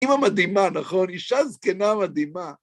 אימא מדהימה, נכון? אישה זקנה מדהימה.